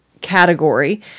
category